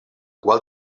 qual